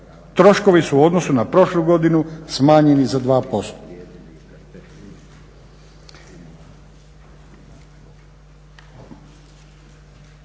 Troškovi su u odnosu na prošlu godinu smanjeni za 2%.